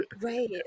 Right